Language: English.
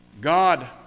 God